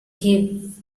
kept